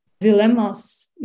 dilemmas